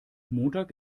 montag